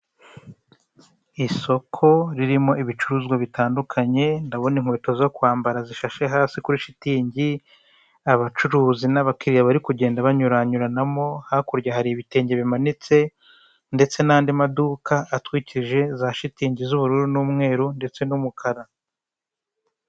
Isoko ririmo ibicuruzwa bitandukanye, ndabona inkweto zo kwambara zishashs hasi kuri shitingi, abacuruzi n'abakiriya bari kugenda banyuranyuranamo, hakurya hari ibitenge bimanitse ndetse n'andi maduka atwikije za shitingi z'ubururu n'umweru, ndetse n'umukara.